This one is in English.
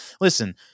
listen